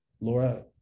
Laura